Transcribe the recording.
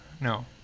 No